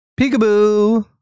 Peekaboo